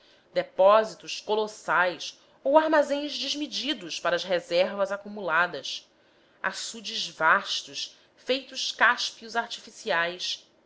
depósitos colossais ou armazéns desmedidos para as reservas acumuladas açudes vastos feitos cáspios artificiais